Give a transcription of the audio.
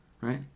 right